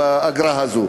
באגרה הזאת.